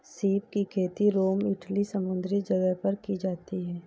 सीप की खेती रोम इटली समुंद्री जगह पर की जाती है